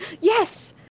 Yes